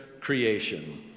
creation